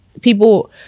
People